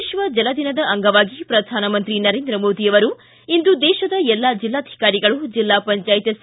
ವಿಶ್ವ ಜಲ ದಿನದ ಅಂಗವಾಗಿ ಪ್ರಧಾನಮಂತ್ರಿ ನರೇಂದ್ರ ಮೋದಿ ಅವರು ಇಂದು ದೇಶದ ಎಲ್ಲಾ ಜಿಲ್ಲಾಧಿಕಾರಿಗಳು ಜಿಲ್ಲಾಪಂಚಾಯತ್ ಸಿ